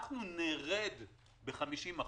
אנחנו נרד ב-50%.